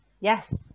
Yes